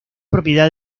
propiedad